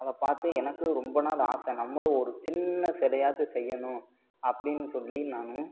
அதை பார்த்து எனக்கும் ரொம்ப நாள் ஆசை நம்மளும் ஒரு சின்ன சிலையாச்சியும் செய்யணும் அப்டின்னு சொல்லி நான்